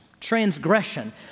transgression